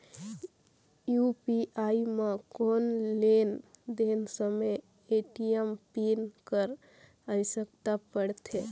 UPI म कौन लेन देन समय ए.टी.एम पिन कर आवश्यकता पड़थे?